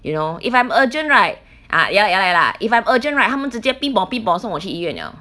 you know if I'm urgent right ah ya lah ya lah ya lah if I'm urgent right 他们直接 bee bor bee bor 送我去医院了